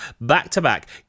back-to-back